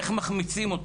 איך מחמיצים אותו,